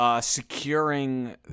Securing